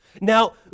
Now